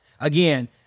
Again